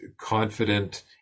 confident